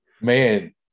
man